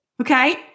okay